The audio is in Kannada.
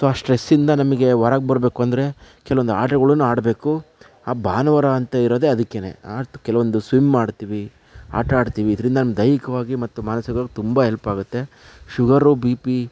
ಸೊ ಆ ಸ್ಟ್ರೆಸ್ಸಿಂದ ನಮಗೆ ಹೊರಗೆ ಬರ್ಬೇಕು ಅಂದರೆ ಕೆಲವೊಂದು ಆಟಗಳನ್ನು ಆಡ್ಬೇಕು ಆ ಭಾನುವಾರ ಅಂತ ಇರೋದೇ ಅದಕ್ಕೆನೇ ಕೆಲವೊಂದು ಸ್ವಿಮ್ ಮಾಡ್ತೀವಿ ಆಟ ಆಡ್ತೀವಿ ಇದರಿಂದ ದೈಹಿಕವಾಗಿ ಮತ್ತು ಮಾನಸಿಕವಾಗಿ ತುಂಬ ಎಲ್ಪ್ ಆಗುತ್ತೆ ಶುಗರು ಬಿ ಪಿ